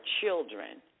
children